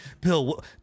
Bill